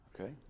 Okay